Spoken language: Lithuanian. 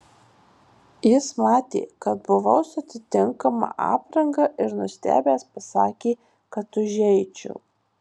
jis matė kad buvau su atitinkama apranga ir nustebęs pasakė kad užeičiau